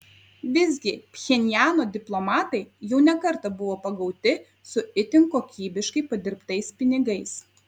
visgi pchenjano diplomatai jau ne kartą buvo pagauti su itin kokybiškai padirbtais pinigais